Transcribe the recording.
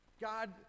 God